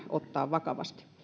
ottaa vakavasti